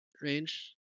range